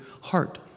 heart